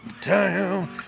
town